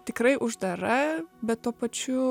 tikrai uždara bet tuo pačiu